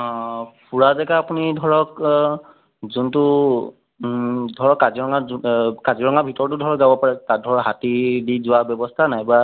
অঁ ফুৰা জেগা আপুনি ধৰক যোনটো ধৰক কাজিৰঙাত কাজিৰঙাৰ ভিতৰতো ধৰক যাব পাৰে তাত ধৰক হাতী দি যোৱাৰ ব্য়ৱস্থা নাই বা